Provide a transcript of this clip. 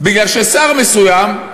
מכיוון ששר מסוים,